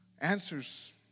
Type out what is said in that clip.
answers